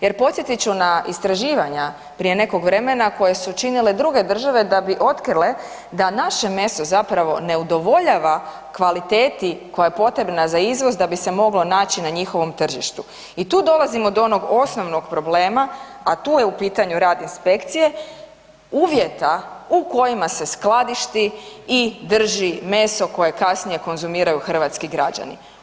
Jer podsjetit ću na istraživanja prije nekog vremena koje su činile druge države da bi otkrile da naše meso zapravo ne udovoljava kvaliteti koja je potrebna za izvoz da bi se moglo naći na njihovom tržištu i tu dolazimo do onog osnovnog problema, a tu je u pitanju rad inspekcije, uvjeta u kojima se skladišti i drži meso koje kasnije konzumiraju hrvatski građani.